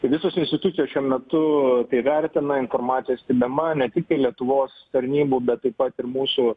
visos institucijos šiuo metu vertina informaciją stebima ne tiktai lietuvos tarnybų bet taip pat ir mūsų